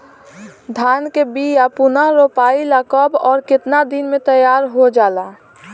धान के बिया पुनः रोपाई ला कब और केतना दिन में तैयार होजाला?